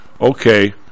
okay